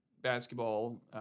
basketball